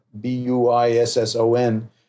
B-U-I-S-S-O-N